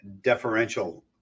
deferential